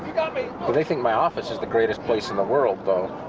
got me! but they think my office is the greatest place in the world though